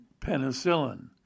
penicillin